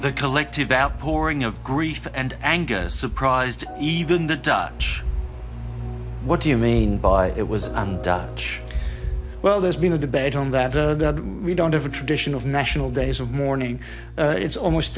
the collective outpouring of grief and anger surprised even the dutch what do you mean by it was undone each well there's been a debate on that we don't have a tradition of national days of mourning it's almost